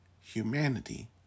Humanity